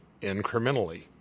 incrementally